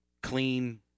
clean